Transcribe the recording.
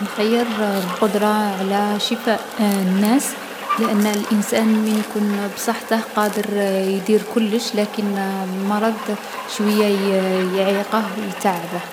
نخيّر القدرة على شفاء الناس لأنه الانسان من يكون بصحته قادر يـ يدير كلش. لكن المرض شويا يـ يعيقه و يتعبه.